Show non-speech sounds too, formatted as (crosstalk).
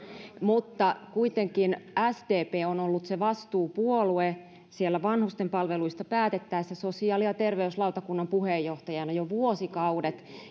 mutta kuitenkin sdp on ollut siellä vastuupuolue vanhustenpalveluista päätettäessä sosiaali ja terveyslautakunnan puheenjohtajana jo vuosikaudet (unintelligible)